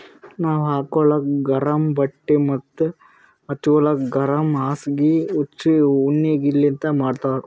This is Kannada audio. ನಾವ್ ಹಾಕೋಳಕ್ ಗರಮ್ ಬಟ್ಟಿ ಮತ್ತ್ ಹಚ್ಗೋಲಕ್ ಗರಮ್ ಹಾಸ್ಗಿ ಉಣ್ಣಿಲಿಂತ್ ಮಾಡಿರ್ತರ್